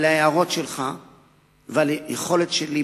על ההערות שלך ועל היכולת שלי,